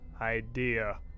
idea